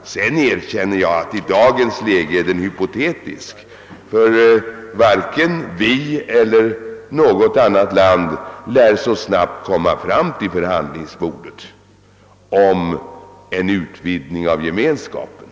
Jag erkänner dock att den i dagens läge är hypotetisk. Varken vi eller något annat land utanför EEC lär så snabbt komma fram till förhandlingsbordet för överläggningar om en utvidgning av Gemenskapen.